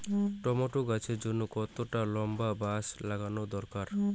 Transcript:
Tomato গাছের জন্যে কতটা লম্বা বাস লাগানো দরকার?